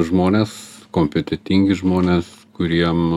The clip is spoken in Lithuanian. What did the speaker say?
žmonės kompetentingi žmonės kuriem